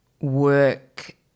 work